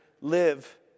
live